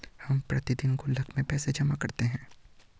हम प्रतिदिन गुल्लक में पैसे जमा करते है